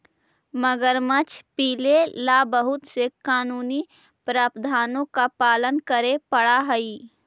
मगरमच्छ पीले ला बहुत से कानूनी प्रावधानों का पालन करे पडा हई